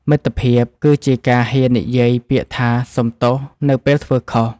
មិត្តភាពគឺជាការហ៊ាននិយាយពាក្យថា "សុំទោស" នៅពេលធ្វើខុស។